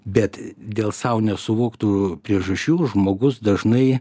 bet dėl sau nesuvoktų priežasčių žmogus dažnai